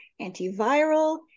antiviral